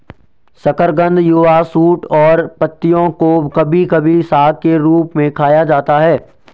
शकरकंद युवा शूट और पत्तियों को कभी कभी साग के रूप में खाया जाता है